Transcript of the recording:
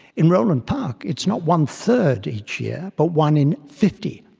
in roland park, it's not one third each year but one in fifty.